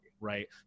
right